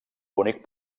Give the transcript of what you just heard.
bonic